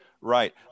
right